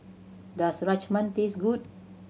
does Rajma taste good